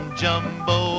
jumbo